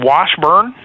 Washburn